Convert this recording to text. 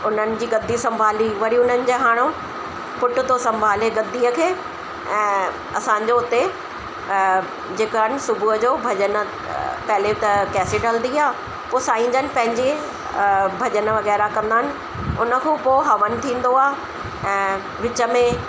उन्हनि जी गदी संभाली वरी हुननि जा हाणे पुट थो संभाले गदीअ खे असांजो हुते जेका आहिनि सुबुह जो भॼन पहले त केसट हलंदी आहे पोइ साईं जन पंहिंजे भॼन वग़ैरह कंदा आहिनि उन खां पोइ हवन थींदो आहे ऐं विच में